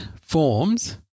forms